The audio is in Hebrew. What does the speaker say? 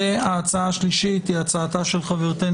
והצעת חברתנו,